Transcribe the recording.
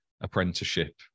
apprenticeship